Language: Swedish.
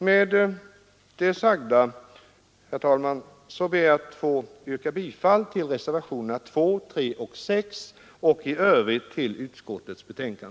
Med det sagda ber jag att få yrka bifall till reservationerna 2, 3 och 6 samt i övrigt till utskottets hemställan.